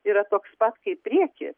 yra toks pat kaip prieky